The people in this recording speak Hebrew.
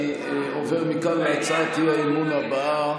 אני עובר מכאן להצעת האי-אמון הבאה,